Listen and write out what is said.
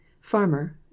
farmer